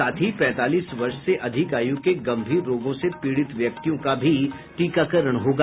साथ ही पैंतालीस वर्ष से अधिक आयु के गंभीर रोगों से पीड़ित व्यक्तियों का भी टीकाकरण होगा